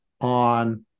on